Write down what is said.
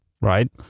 right